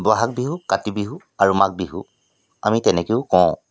বহাগ বিহু কাতি বিহু আৰু মাঘ বিহু আমি তেনেকৈও কওঁ